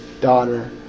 daughter